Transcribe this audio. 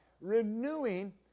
renewing